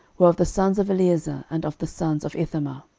were of the sons of eleazar, and of the sons of ithamar.